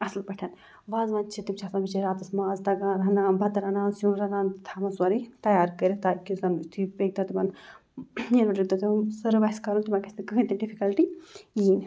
اَصٕل پٲٹھۍ وازوان چھِ تِم چھِ آسان بِچٲرۍ راتَس ماز دَگان رَنان بَتہٕ رَنان سیُن رَنان تھاوان سورُے تیار کٔرِتھ تاکہِ یُس زَن یُتھُے پیٚیہِ تہٕ تِمَن ییٚنہِ والہِ دۄہ تِمَن سٔرٕو آسہِ کَرُن تِمَن گژھِ نہٕ کٕہٕنۍ تہِ ڈِفکَلٹی یِنۍ